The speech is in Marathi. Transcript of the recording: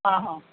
हां हां